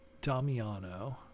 Damiano